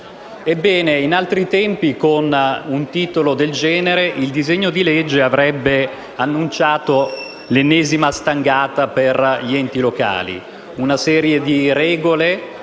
Ebbene, in altri tempi con un titolo del genere il disegno di legge avrebbe annunciato l'ennesima stangata per gli enti locali; una serie di regole